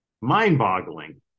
mind-boggling